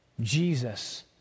Jesus